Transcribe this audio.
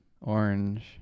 Orange